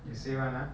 you say [one] ah